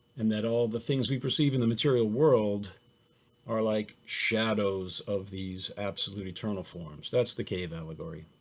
and that all the things we perceive in the material world are like shadows of these absolute eternal forms. that's the cave allegory.